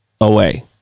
away